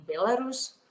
Belarus